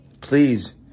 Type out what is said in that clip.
please